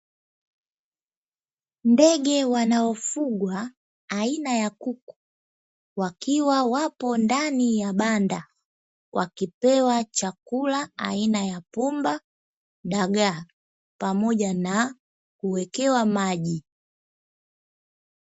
Ndege wanaofugwa aina ya kuku wakiwa wapo ndani ya banda; wakipewa chakula aina ya pumba, dagaa pamoja na kuwekewa maji.